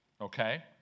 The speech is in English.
okay